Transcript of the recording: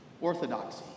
orthodoxy